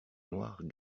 noirs